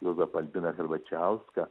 juozapą albiną herbačiauską